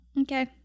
Okay